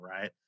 right